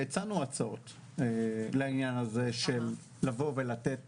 הצענו הצעות לעניין הזה של לתת